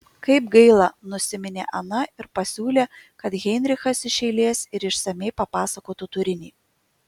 kaip gaila nusiminė ana ir pasiūlė kad heinrichas iš eilės ir išsamiai papasakotų turinį